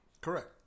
Correct